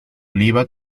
oliva